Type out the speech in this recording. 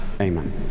Amen